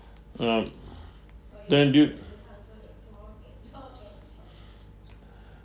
uh then due